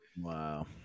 Wow